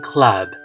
Club